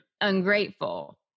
ungrateful